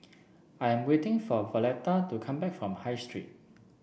I'm waiting for Violetta to come back from High Street